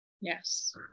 Yes